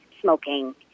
smoking